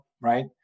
right